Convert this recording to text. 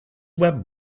web